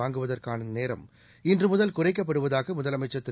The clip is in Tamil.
வாங்குவதற்கான நேரம் இன்று முதல் குறைக்கப்படுவதாக முதலமைச்சர் திரு